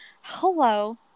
hello